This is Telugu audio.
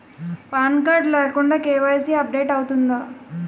పాన్ కార్డ్ లేకుండా కే.వై.సీ అప్ డేట్ అవుతుందా?